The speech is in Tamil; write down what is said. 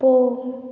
போ